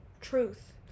truth